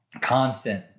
constant